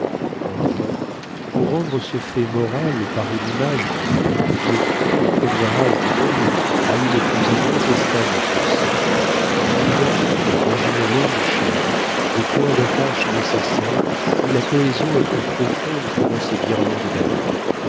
enfin pour rendre ce fait moral par une image qui depuis le premier âge du monde a eu le plus incontestable succès il y a dans une longue chaîne des points d'attache nécessaires où la cohésion est plus profonde que dans ses guirlandes d'anneaux